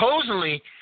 supposedly